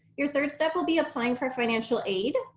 your third step will be applying for financial aid,